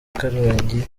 karongi